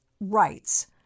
rights